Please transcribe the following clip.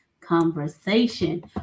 conversation